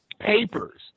papers